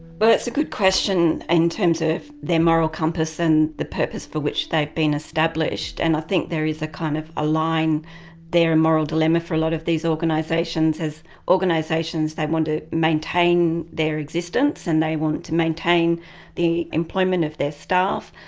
but it's a good question in terms of their moral compass and the purpose for which they've been established. and i think there is a kind of a line there, a moral dilemma for a lot of these organisations. as organisations they want to maintain their existence and they want to maintain the employment of their staff,